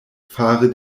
fare